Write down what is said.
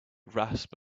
rasp